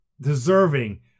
deserving